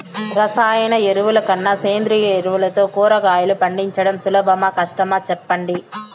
రసాయన ఎరువుల కన్నా సేంద్రియ ఎరువులతో కూరగాయలు పండించడం సులభమా కష్టమా సెప్పండి